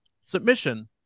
Submission